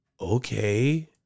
okay